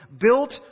built